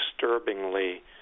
disturbingly